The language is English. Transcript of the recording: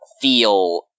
feel